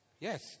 Yes